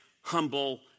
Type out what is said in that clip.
humble